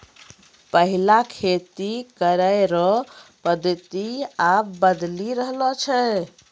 पैहिला खेती करै रो पद्धति आब बदली रहलो छै